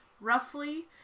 roughly